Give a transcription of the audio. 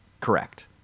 Correct